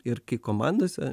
ir komandose